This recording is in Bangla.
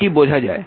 এটি বোঝা যায়